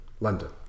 London